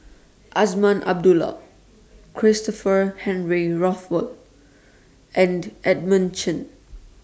Azman Abdullah Christopher Henry Rothwell and Edmund Chen